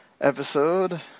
episode